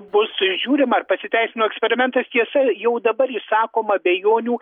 bus žiūrima ar pasiteisino eksperimentas tiesa jau dabar išsakoma abejonių